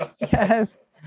Yes